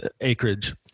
acreage